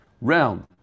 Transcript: round